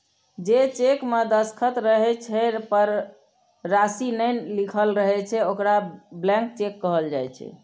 जे चेक मे दस्तखत रहै छै, पर राशि नै लिखल रहै छै, ओकरा ब्लैंक चेक कहल जाइ छै